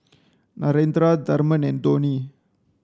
Narendra Tharman and Dhoni